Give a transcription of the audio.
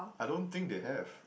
I don't think they have